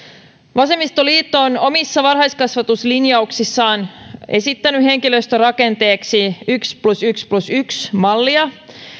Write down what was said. vasemmistoliitto on omissa varhaiskasvatuslinjauksissaan esittänyt henkilöstörakenteeksi yksi plus yksi plus yksi mallia